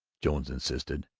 jones insisted,